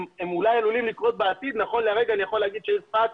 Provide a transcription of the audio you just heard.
הם אולי עלולים לקרות בעתיד אבל נכון להיום אני יכול לומר שצפת,